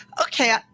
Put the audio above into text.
Okay